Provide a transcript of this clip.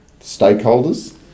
stakeholders